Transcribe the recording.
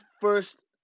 first